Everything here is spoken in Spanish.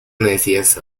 necias